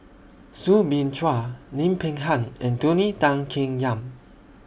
Soo Bin Chua Lim Peng Han and Tony Tan Keng Yam